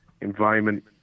environment